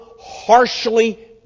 harshly